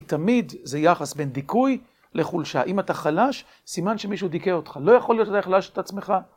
תמיד זה יחס בין דיכוי לחולשה. אם אתה חלש, סימן שמישהו דיכא אותך. לא יכול להיות שאתה החלשת את עצמך.